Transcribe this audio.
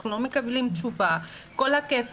אנחנו לא מקבלים תשובה, כל הכפל.